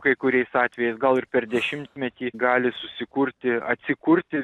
kai kuriais atvejais gal ir per dešimtmetį gali susikurti atsikurti